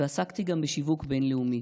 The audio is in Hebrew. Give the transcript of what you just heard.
ועסקתי גם בשיווק בין-לאומי.